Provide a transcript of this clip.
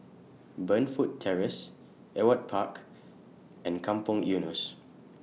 Burnfoot Terrace Ewart Park and Kampong Eunos